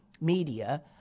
media